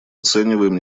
оцениваем